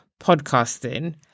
podcasting